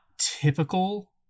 typical